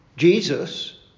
Jesus